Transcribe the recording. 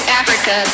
africa